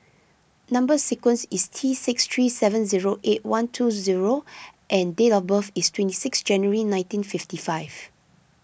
Number Sequence is T six three seven zero eight one two zero and date of birth is twenty six January nineteen fifty five